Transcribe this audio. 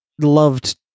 loved